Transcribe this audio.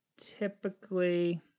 typically